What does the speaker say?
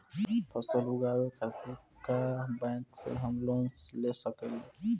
फसल उगावे खतिर का बैंक से हम लोन ले सकीला?